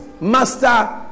Master